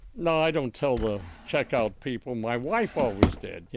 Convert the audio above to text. no, i don't tell the checkout people. my wife always did yeah